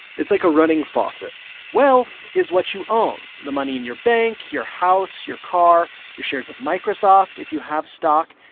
it's like a running faucet wealth is what you own the money in your bank, your house, your car, your shares of microsoft, if you have stock.